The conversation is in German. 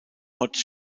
haute